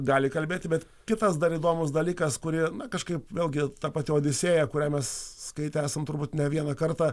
gali kalbėti bet kitas dar įdomus dalykas kuri kažkaip vėlgi ta pati odisėja kurią mes skaitę esam turbūt ne vieną kartą